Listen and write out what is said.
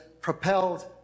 propelled